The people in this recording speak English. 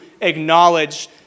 acknowledge